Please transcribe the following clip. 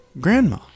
Grandma